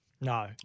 No